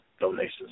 donations